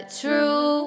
true